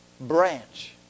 branch